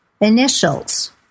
initials